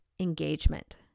engagement